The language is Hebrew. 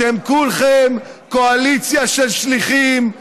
אתם כולכם קואליציה של שליחים,